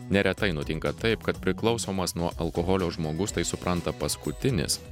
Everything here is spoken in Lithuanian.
neretai nutinka taip kad priklausomas nuo alkoholio žmogus tai supranta paskutinis